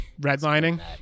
Redlining